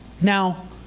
Now